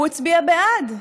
שהוא הצביע בעד,